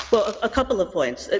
so a couple of points.